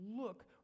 look